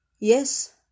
Yes